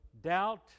doubt